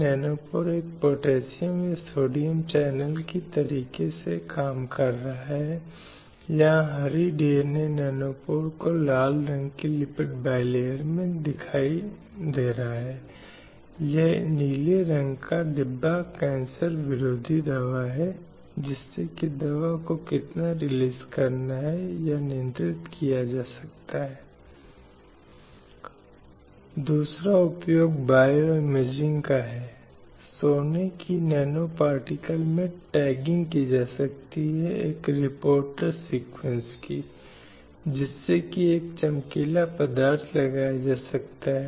महिलाओं के पास समान अवसर होने चाहिए चाहे वह शिक्षा से संबंधित हो चाहे वह रोजगार में हो या चाहे जिस क्षेत्र में बात की जाती हो एक समान अवसर होना चाहिए जो महिलाओं के लिए उपलब्ध हो और किसी भी स्थिति में एक महिला को केवल उसके लिंग के आधार पर एक अवसर अस्वीकार नहीं किया जा सकता है